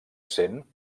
sent